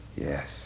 Yes